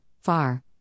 far